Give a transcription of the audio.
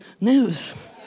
news